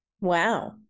wow